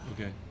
Okay